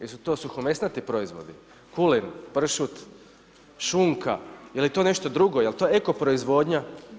Jesu to suhomesnati proizvodi, kulen, pršut, šunka, je li to nešto drugo, je li to eko proizvodnja?